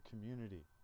community